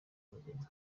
muzima